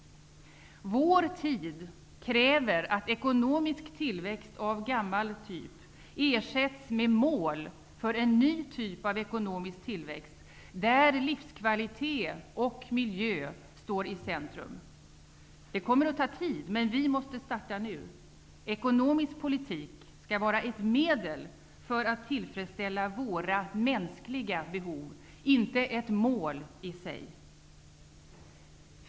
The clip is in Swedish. Vår tid kräver att ekonomisk tillväxt av gammal typ ersätts med en ny typ av ekonomisk tillväxt där livskvalitet och miljö står i centrum. Det kommer att ta tid, men vi måste starta nu. Ekonomisk politik skall vara ett medel för att tillfredsställa våra mänskliga behov -- inte ett mål i sig.